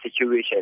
situation